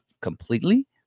completely